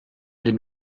den